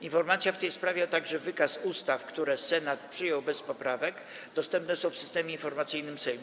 Informacja w tej sprawie, a także wykaz ustaw, które Senat przyjął bez poprawek, dostępne są w Systemie Informacyjnym Sejmu.